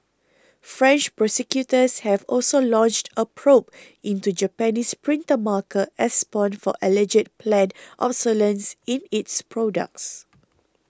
French prosecutors have also launched a probe into Japanese printer maker Epson for alleged planned obsolescence in its products